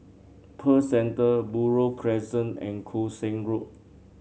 Pearl Centre Buroh Crescent and Koon Seng Road